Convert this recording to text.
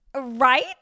right